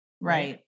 Right